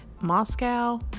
Moscow